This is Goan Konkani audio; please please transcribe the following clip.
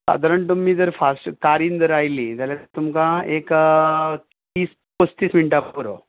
सादारण तुमी जर फाश्ट कारीन जर आयलीं जाल्यार तुमकां एक तीस पस्तीस मिनटां पुरो